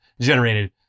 generated